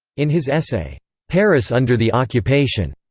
in his essay paris under the occupation,